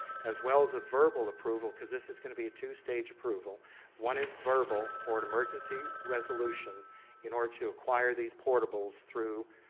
as well as a verbal approval cause this is going to be a two staged approval one is verbal for an emergency resolution in order to acquire these portables through